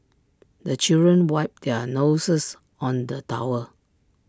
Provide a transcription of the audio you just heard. the children wipe their noses on the towel